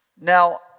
Now